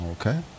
okay